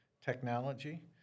technology